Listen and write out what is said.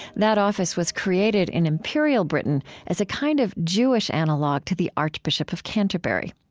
that office was created in imperial britain as a kind of jewish analog to the archbishop of canterbury.